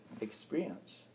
experience